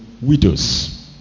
widows